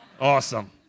Awesome